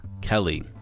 Kelly